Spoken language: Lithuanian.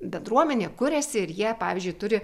bendruomenė kuriasi ir jie pavyzdžiui turi